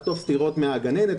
לחטוף סטירות מהגננת,